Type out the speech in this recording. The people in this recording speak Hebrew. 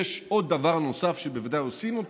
יש עוד דבר נוסף שבוודאי עושים,